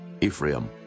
Ephraim